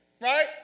Right